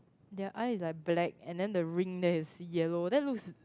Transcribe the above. their eye is like black and then ring there is yellow that was